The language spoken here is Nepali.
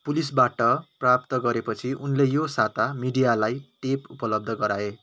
पुलिसबाट प्राप्त गरेपछि उनले यो साता मिडियालाई टेप उपलब्ध गराए